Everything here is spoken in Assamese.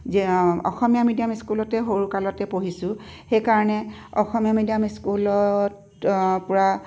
যি অঁ অসমীয়া মিডিয়াম স্কুলতে সৰুকালতে পঢ়িছোঁ সেইকাৰণে অসমীয়া মিডিয়াম স্কুলত পুৰা